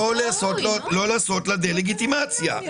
לא לעשות לה דה-לגיטימציה.